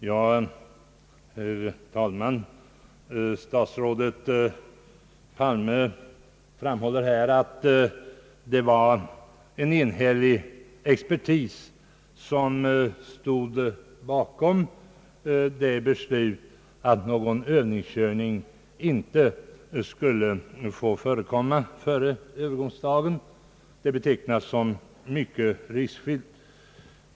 Herr talman! Statsrådet Palme framhöll att en enhällig expertis stod bakom beslutet att övningskörning inte skall få förekomma före övergångsdagen. Övningskörning betecknas som, något mycket riskfyllt.